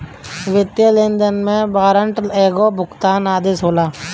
वित्तीय लेनदेन में वारंट एगो भुगतान आदेश होला